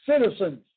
citizens